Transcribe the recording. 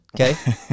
Okay